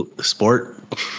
sport